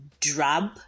drab